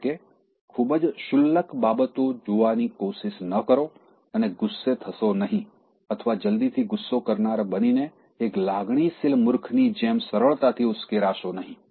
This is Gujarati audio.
એટલે કે ખૂબ જ ક્ષુલ્લક બાબતો જોવાની કોશિશ ન કરો અને ગુસ્સે થશો નહીં અથવા જલ્દીથી ગુસ્સો કરનાર બનીને એક લાગણીશીલ મૂર્ખની જેમ સરળતાથી ઉશ્કેરાશો નહીં